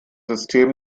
system